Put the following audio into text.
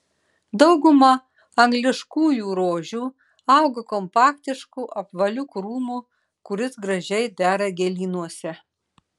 dauguma angliškųjų rožių auga kompaktišku apvaliu krūmu kuris gražiai dera gėlynuose